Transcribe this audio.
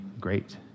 great